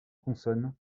consonne